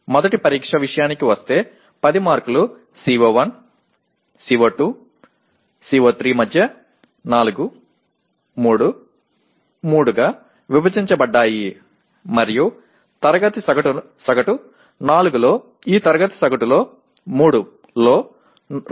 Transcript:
మొదటి పరీక్ష విషయానికి వస్తే 10 మార్కులు CO1 CO2 CO3 మధ్య 4 3 3 గా విభజించబడ్డాయి మరియు తరగతి సగటు 4 లో ఈ తరగతి సగటుకు 3 లో 2